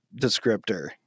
descriptor